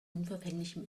unverfänglichem